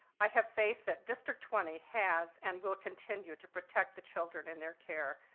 i have faith that district twenty has and will continue to protect the children in their care.